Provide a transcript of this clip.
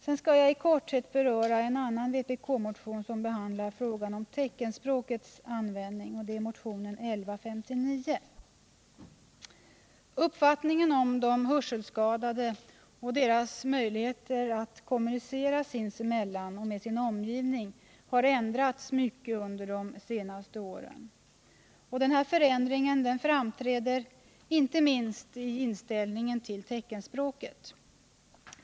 Jag skall sedan i korthet beröra en annan vpk-motion, som behandlar frågan om teckenspråkets användning. Det är motionen 1159. Uppfattningen om de hörselskadade och deras möjligheter att kommunicera sinsemellan och med sin omgivning har ändrats mycket under de senaste åren. Den förändringen framträder inte minst i inställningen till teckenspråket.